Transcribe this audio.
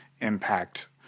impact